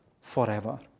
forever